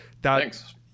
Thanks